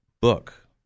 book